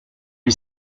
est